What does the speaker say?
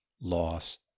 loss